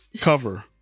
cover